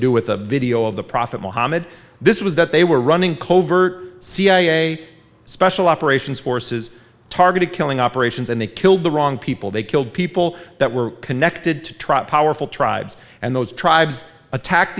do with a video of the prophet muhammad this was that they were running covert cia special operations forces targeted killing operations and they killed the wrong people they killed people that were connected to truck powerful tribes and those tribes attack